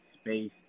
space